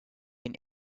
been